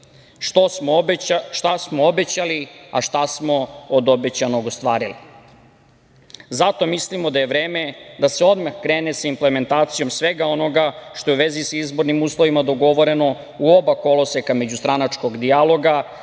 šta smo obećali, a šta smo od obećanog ostvarili. Zato mislimo da je vreme da se odmah krene sa implementacijom svega onoga što je u vezi sa izbornim uslovima dogovoreno u oba koloseka međustranačkog dijaloga